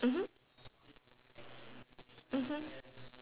mmhmm mmhmm